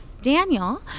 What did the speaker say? Daniel